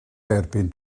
derbyn